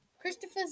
Christopher